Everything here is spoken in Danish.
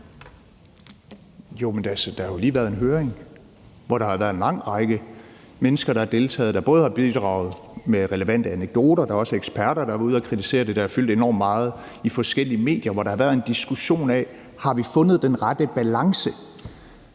har jo lige været en høring, hvor en lang række mennesker har deltaget. Det er mennesker, der har bidraget med relevante anekdoter, og der er også eksperter, der har været ude at kritisere det her. Det har fyldt meget i forskellige medier, hvor der har været en diskussion af, om vi har fundet den rette balance.